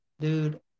Dude